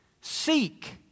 seek